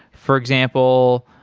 for example.